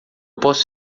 posso